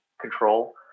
control